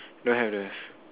don't have don't have